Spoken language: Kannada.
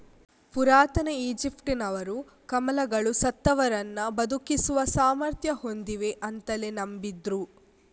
ಪುರಾತನ ಈಜಿಪ್ಟಿನವರು ಕಮಲಗಳು ಸತ್ತವರನ್ನ ಬದುಕಿಸುವ ಸಾಮರ್ಥ್ಯ ಹೊಂದಿವೆ ಅಂತಲೇ ನಂಬಿದ್ರು